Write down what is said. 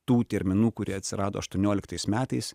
tų terminų kurie atsirado aštuonioliktais metais